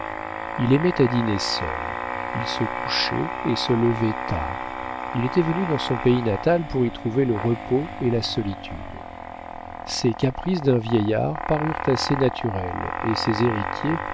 il aimait à dîner seul il se couchait et se levait tard il était venu dans son pays natal pour y trouver le repos et la solitude ces caprices d'un vieillard parurent assez naturels et ses héritiers